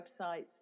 websites